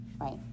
right